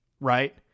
right